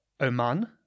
Oman